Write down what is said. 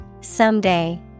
Someday